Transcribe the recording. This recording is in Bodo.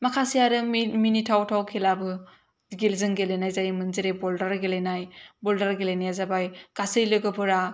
माखासे आरो मिनिथावथाव खेलाबो जों गेलेनाय जायोमोन जेरै बलदार गेलेनाय बलदार गेलेनाया जाबाय गासै लोगोफोरा